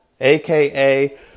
aka